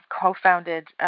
co-founded